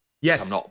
Yes